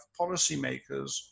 policymakers